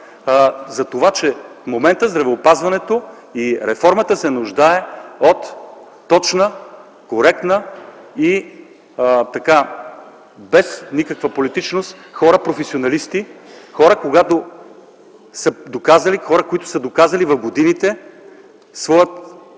за това, че в момента здравеопазването и реформата се нуждаят от точни, коректни и без никаква политичност професионалисти, хора, които са доказали в годините